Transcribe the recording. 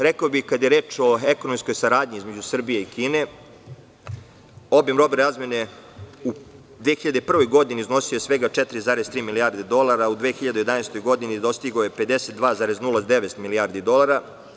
Rekao bih, kada je reč o ekonomskoj saradnji između Srbije i Kine, obim robne razmene u 2001. godini iznosio je svega 4,3 milijarde dolara, u 2011. godini dostigao je 52,09 milijardi dolara.